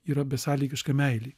yra besąlygiška meilė